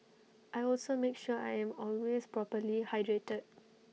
I also make sure I am always properly hydrated